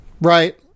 right